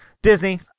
Disney